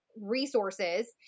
resources